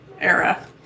era